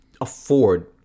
afford